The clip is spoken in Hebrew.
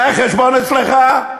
זה החשבון אצלך?